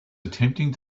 attempting